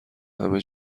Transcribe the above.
همه